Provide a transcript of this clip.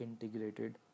integrated